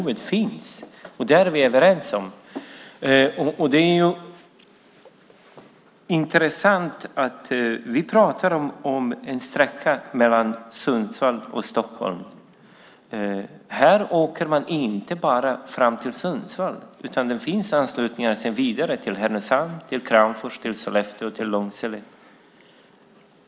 Vi är överens om att behovet finns. Vi pratar om sträckan Sundsvall-Stockholm. Men man åker inte bara fram till Sundsvall. Det finns anslutningar vidare till Härnösand, Kramfors, Sollefteå och Långsele.